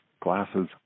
glasses